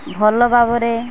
ଭଲ ଭାବରେ